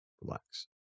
relax